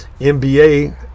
MBA